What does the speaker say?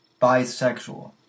bisexual